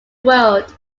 world